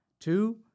two